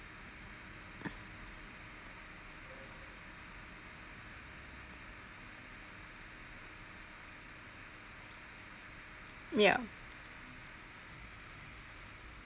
yeah